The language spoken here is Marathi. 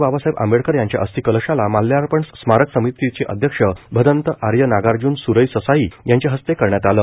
बाबासाहेब आंबेडकर यांच्या अस्थिकलशाला माल्यार्पण स्मारक समितीचे अध्यक्ष भदन्त आर्य नागार्जुन सुरई ससाई यांच्या हस्ते करण्यात आलं